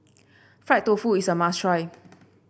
Fried Tofu is a must try